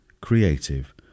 creative